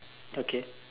okay